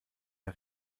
der